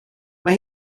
mae